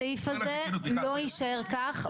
הסעיף הזה לא יישאר כך,